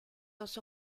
dos